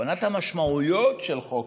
הבנת המשמעויות של חוק,